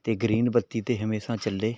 ਅਤੇ ਗਰੀਨ ਬੱਤੀ 'ਤੇ ਹਮੇਸ਼ਾ ਚੱਲੇ